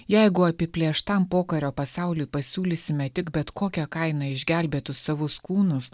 jeigu apiplėštam pokario pasauliui pasiūlysime tik bet kokia kaina išgelbėtus savus kūnus